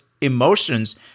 emotions